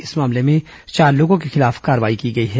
इस मामले में चार लोगों के खिलाफ कार्रवाई की गई है